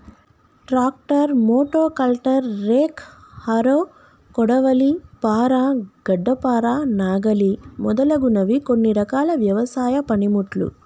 tractor, మోటో కల్టర్, rake, harrow, కొడవలి, పార, గడ్డపార, నాగలి మొదలగునవి కొన్ని రకాల వ్యవసాయ పనిముట్లు